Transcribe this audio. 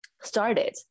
started